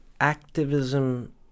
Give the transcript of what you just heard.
activism